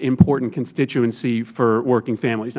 important constituency for working families